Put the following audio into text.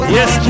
Yes